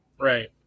Right